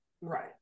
Right